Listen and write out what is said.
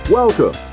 welcome